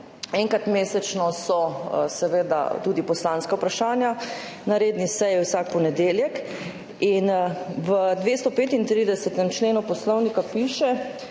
Enkrat mesečno so seveda tudi poslanska vprašanja, na redni seji vsak ponedeljek. V 235. členu Poslovnika piše,